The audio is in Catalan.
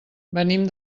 venim